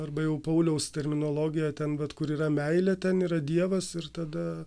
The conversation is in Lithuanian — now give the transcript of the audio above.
arba jau pauliaus terminologija ten bet kur yra meilė ten yra dievas ir tada